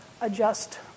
adjust